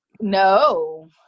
No